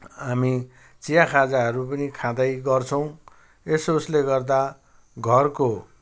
हामी चिया खाजाहरू पनि खाँदै गर्छौँ यसोसले गर्दा घरको